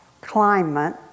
climate